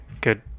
good